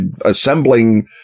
assembling